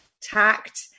tact